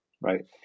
right